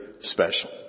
special